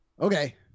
Okay